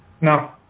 No